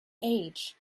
age